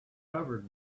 covered